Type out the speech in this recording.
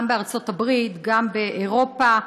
גם בארצות-הברית וגם באירופה.